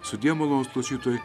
sudie malonūs klausytojai